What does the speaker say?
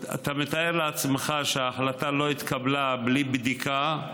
אתה מתאר לעצמך שההחלטה לא התקבלה בלי בדיקה,